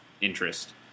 interest